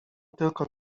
tylko